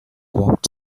walked